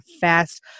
fast